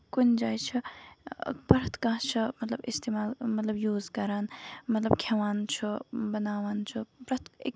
کُنہِ جایہِ چھُ پرٮ۪تھ کٲنسہِ چھُ مطلب اِستعمال مطلب یوٗز کران مطلب کھٮ۪وان چھُ بَناوان چھُ پرٮ۪تھ أکِس